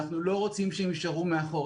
ואנחנו לא רוצים שהם יישארו מאחור.